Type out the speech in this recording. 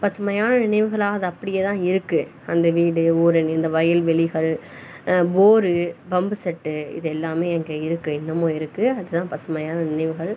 பசுமையான நினைவுகளாக அது அப்படியேதான் இருக்குது அந்த வீடு ஊரணி இந்த வயல்வெளிகள் போரு பம்பு செட்டு இது எல்லாமே அங்கே இருக்குது இன்னமும் இருக்குது அதுதான் பசுமையான நினைவுகள்